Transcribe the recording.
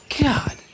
God